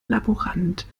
laborant